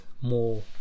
More